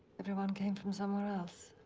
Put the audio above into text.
everyone came from somewhere else.